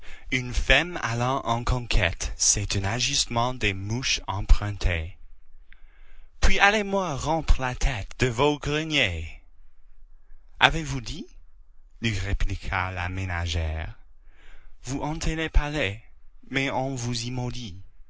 une femme allant en conquête c'est un ajustement des mouches emprunté puis allez-moi rompre la tête de vos greniers avez-vous dit lui répliqua la ménagère vous hantez les palais mais on vous